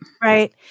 right